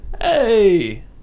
Hey